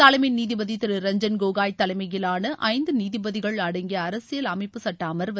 தலைமை நீதிபதி திரு ரஞ்ஜன் கோகோய் தலைமையிலான ஐந்து நீதிபதிகள் அடங்கிய அரசியல் அமைப்புச் சட்ட அம்வு